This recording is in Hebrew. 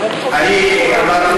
אני אמרתי